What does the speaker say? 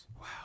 Wow